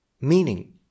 meaning